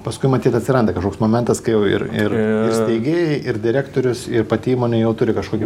paskui matyt atsiranda kažkoks momentas kai jau ir ir taigi ir direktorius ir pati įmonė jau turi kažkokių